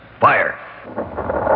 Fire